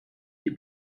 die